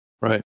Right